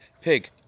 pig